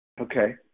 Okay